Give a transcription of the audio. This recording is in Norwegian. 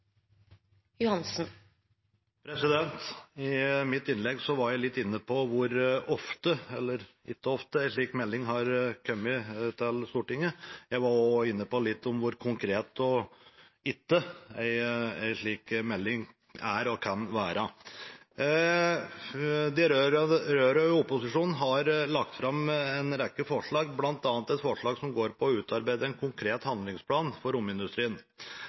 I mitt innlegg var jeg litt inne på hvor ofte, eller ikke ofte, en slik melding har kommet til Stortinget. Jeg var også litt inne på hvor konkret eller ikke en slik melding er og kan være. De rød-røde i opposisjonen har lagt fram en rekke forslag, bl.a. et forslag som går på å utarbeide en konkret handlingsplan for romindustrien.